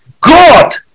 God